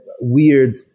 weird